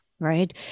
Right